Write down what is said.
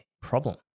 problem